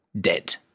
dead